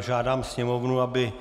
Žádám Sněmovnu, aby